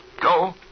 Go